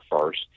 first